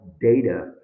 data